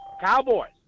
Cowboys